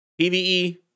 pve